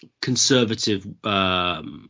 conservative